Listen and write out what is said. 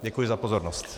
Děkuju za pozornost.